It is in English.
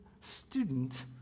student